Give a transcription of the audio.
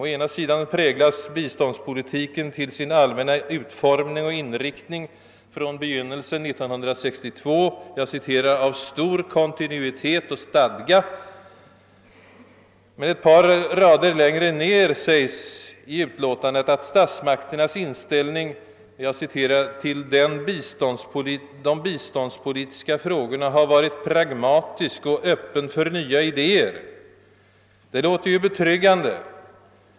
Å ena sidan präglas biståndspolitiken till sin allmänna utformning och inriktning från begynnelsen 1962 »av stor kontinuitet och stadga», skriver utskottet, men ett par rader längre ner skriver man att statsmakternas inställning »till de biståndspolitiska frågorna har varit pragmatisk och öppen för nya idéer». Det låter ju betryggande.